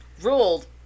ruled